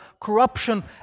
corruption